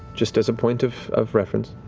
just as a point of of reference,